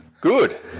Good